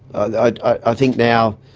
i think now,